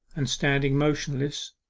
and standing motionless,